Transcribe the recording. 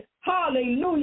hallelujah